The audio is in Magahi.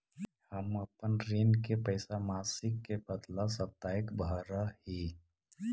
हम अपन ऋण के पैसा मासिक के बदला साप्ताहिक भरअ ही